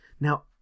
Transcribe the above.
Now